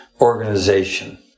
organization